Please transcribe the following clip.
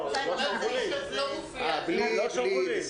ללא שרוולים.